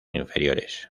inferiores